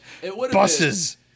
buses